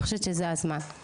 אני חושבת שזה הזמן.